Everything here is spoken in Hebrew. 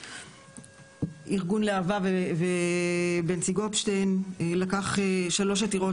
ארגון להב"ה ובנצי גופשטיין לקח שלוש עתירות